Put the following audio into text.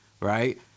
right